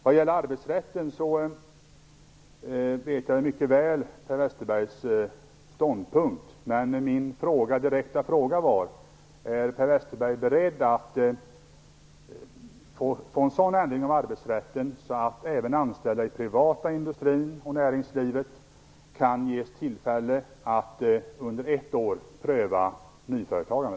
Vad gäller arbetsrätten vet jag mycket väl vilken ståndpunkt Per Westerberg har, men min direkta fråga var: Är Per Westerberg beredd att göra en sådan ändring av arbetsrätten att även anställda i den privata industrin och det privata näringslivet kan ges tillfälle att under ett år pröva nyföretagande?